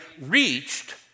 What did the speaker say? reached